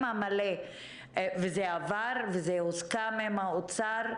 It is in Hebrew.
זה עבר וזה הוסכם עם האוצר.